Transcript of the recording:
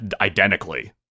Identically